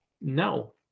No